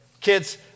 kids